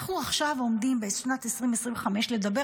אנחנו עכשיו עומדים בשנת 2025 לדבר